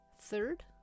Third